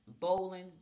Bowling